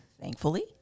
Thankfully